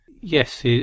Yes